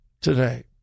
today